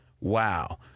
Wow